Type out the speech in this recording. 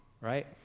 right